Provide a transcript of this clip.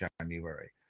January